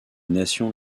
nations